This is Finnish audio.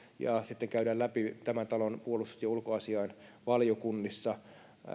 ja sitten käydään läpi tämän talon puolustus ja ulkoasiainvaliokunnissa